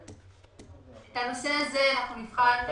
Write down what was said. אנחנו נבחר.